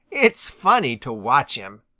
it's funny to watch him.